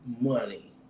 money